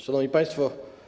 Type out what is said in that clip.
Szanowni Państwo!